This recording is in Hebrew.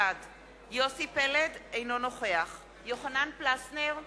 בעד יוסי פלד, אינו נוכח יוחנן פלסנר,